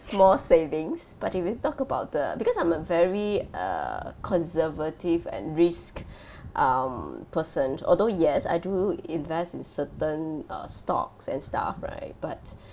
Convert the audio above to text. small savings but if you talk about the because I'm a very err conservative at risk um person although yes I do invest in certain uh stocks and stuff right but